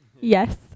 Yes